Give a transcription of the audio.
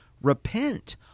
Repent